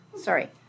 Sorry